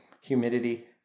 humidity